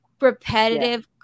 Repetitive